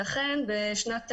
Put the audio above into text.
ואכן בשנת 2012,